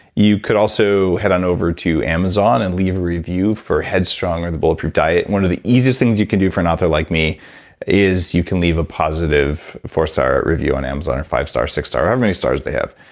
you could also head on over to amazon and leave a review for headstrong or the bulletproof diet. one of the easiest things you can do for an author like me is you can leave a positive four star review on amazon. or five star, six star however many stars they have.